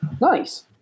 Nice